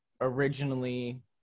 originally